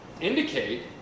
indicate